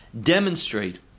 demonstrate